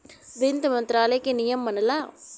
वित्त मंत्रालय के नियम मनला